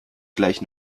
gleich